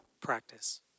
practice